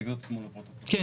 אני